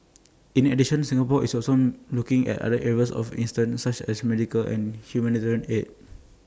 in addition Singapore is also looking at other areas of assistance such as medical and humanitarian aid